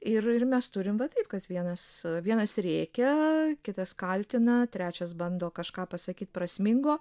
ir ir mes turim va taip kad vienas vienas rėkia kitas kaltina trečias bando kažką pasakyt prasmingo